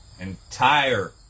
Entire